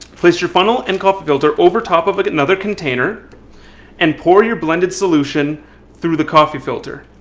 place your funnel and coffee filter over top of like another container and pour your blended solution through the coffee filter.